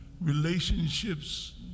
relationships